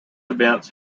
events